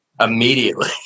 Immediately